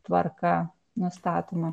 tvarka nustatoma